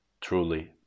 truly